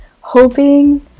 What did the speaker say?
Hoping